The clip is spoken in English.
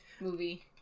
movie